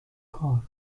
کار